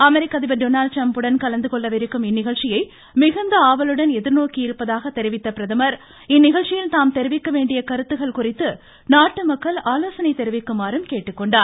அமெரிக்க அதிபர் Donald Trump உடன் கலந்து கொள்ளவிருக்கும் இந்நிகழ்ச்சியை மிகுந்த ஆவலுடன் எதிர்நோக்கி இருப்பதாக தெரிவித்த பிரதமர் இந்நிகழ்ச்சியில் தாம் தெரிவிக்க வேண்டிய கருத்துக்கள் குறித்து நாட்டுமக்கள் ஆலோசனை தெரிவிக்குமாறும் கேட்டுக் கொண்டார்